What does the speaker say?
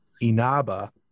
Inaba